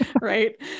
right